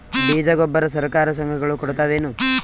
ಬೀಜ ಗೊಬ್ಬರ ಸರಕಾರ, ಸಂಘ ಗಳು ಕೊಡುತಾವೇನು?